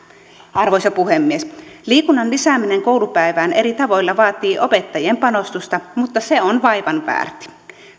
arvoisa puhemies liikunnan lisääminen koulupäivään eri tavoilla vaatii opettajien panostusta mutta se on vaivan väärti